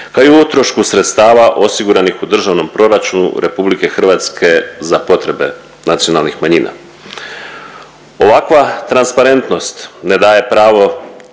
kao i o utrošku sredstava osiguranih u Državnom proračunu RH za potrebe nacionalnih manjina. Ovakva transparentnost ne daje pravo